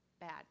bad